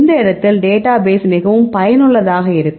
இந்த இடத்தில் டேட்டாபேஸ் மிகவும் பயனுள்ளதாக இருக்கும்